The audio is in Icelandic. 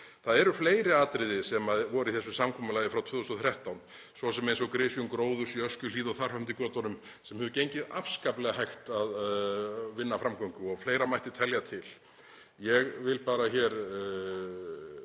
Það eru fleiri atriði sem voru í þessu samkomulagi frá 2013, svo sem eins og grisjun gróðurs í Öskjuhlíð og þar fram eftir götunum, sem hefur gengið afskaplega hægt að vinna framgöngu, og fleira mætti telja til. Ég vil bara